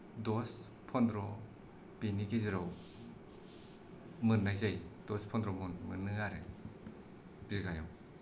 दस पन्द्र' बिनि गेजेराव मोननाय जायो दस पन्द्र' मन मोनो आरो बिगायाव